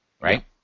right